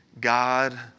God